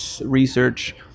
research